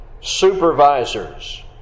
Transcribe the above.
supervisors